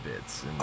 bits